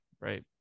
right